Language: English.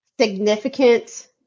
significant